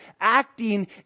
acting